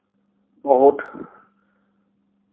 বহুত